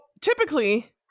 typically